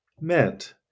meant